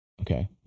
Okay